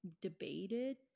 debated